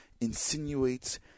insinuates